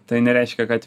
tai nereiškia kad